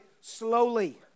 slowly